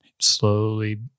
slowly